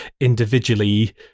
individually